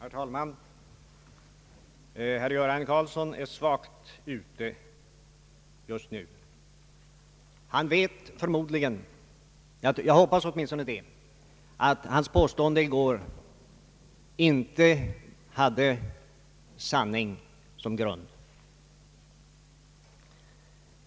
Herr talman! Herr Göran Karlsson är ute på svag is just nu. Han vet förmodligen — jag hoppas åtminstone det — att hans påstående i går inte hade sanning som grund.